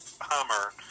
Hummer